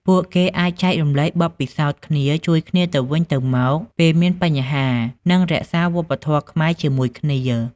ពួកគេអាចចែករំលែកបទពិសោធន៍គ្នា ជួយគ្នាទៅវិញទៅមកពេលមានបញ្ហា និងរក្សាវប្បធម៌ខ្មែរជាមួយគ្នា ។